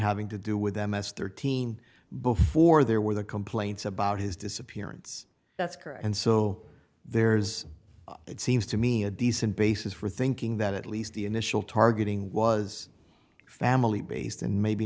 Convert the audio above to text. having to do with m s thirteen before there were complaints about his disappearance that's correct and so there's it seems to me a decent basis for thinking that at least the initial targeting was family based and maybe